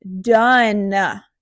done